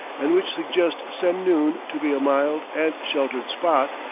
and which suggest semnoon to be a mild and sheltered spot,